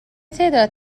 تعداد